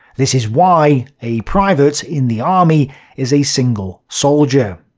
this is why a private in the army is a single soldier.